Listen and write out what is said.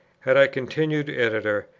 had i continued editor,